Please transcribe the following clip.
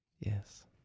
Yes